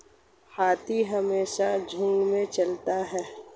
हाथी हमेशा झुंड में चलता है